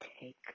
take